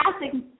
Classic